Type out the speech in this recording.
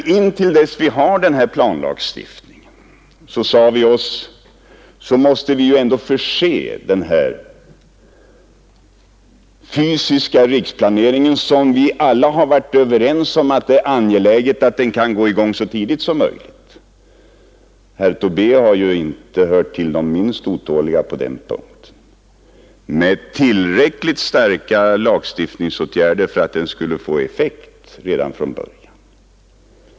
Intill dess vi har denna planlagstiftning, sade vi oss, måste vi dock förse den fysiska riksplaneringen, beträffande vilken vi alla har varit överens om att det är angeläget att den kan sätta i gång så tidigt som möjligt — herr Tobé har ju inte hört till de minst otåliga på den punkten — med tillräckligt starka lagstiftningsåtgärder för att den skulle få effekt redan från början.